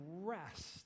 rest